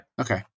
Okay